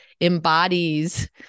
embodies